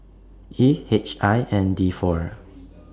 E H I N D four